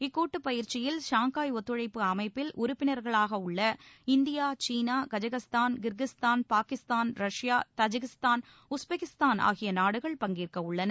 இக்கூட்டு பயிற்சியில் ஷாங்காய் ஒத்துழைப்பு அமைப்பில் உறுப்பினர்களாக உள்ள India China Kazakhstan Kyrgyzstan Pakistan Russia Tajikistan Uzbekistan ஆகிய நாடுகள் பங்கேற்கவுள்ளன